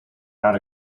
not